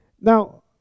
Now